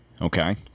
okay